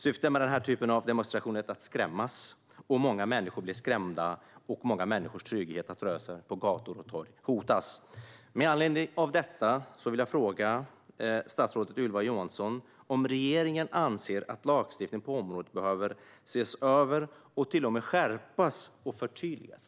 Syftet med denna typ av demonstrationer är att skrämmas, och många människor blir skrämda. Många människors trygghet att röra sig på gator och torg hotas. Med anledning av detta vill jag fråga statsrådet Ylva Johansson om regeringen anser att lagstiftningen på området behöver ses över och till och med skärpas och förtydligas.